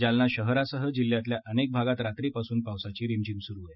जालना शहरातसह जिल्ह्यातल्या अनेक भागात रात्रीपासून पावसाची रिमझिम सुरु आहे